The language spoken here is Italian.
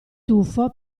tuffo